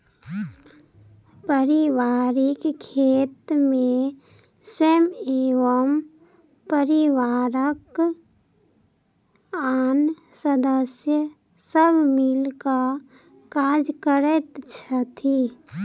पारिवारिक खेत मे स्वयं एवं परिवारक आन सदस्य सब मिल क काज करैत छथि